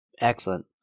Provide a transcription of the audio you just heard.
Excellent